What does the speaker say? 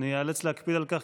איאלץ להקפיד על כך,